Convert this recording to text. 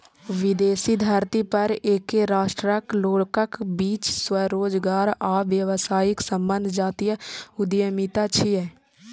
विदेशी धरती पर एके राष्ट्रक लोकक बीच स्वरोजगार आ व्यावसायिक संबंध जातीय उद्यमिता छियै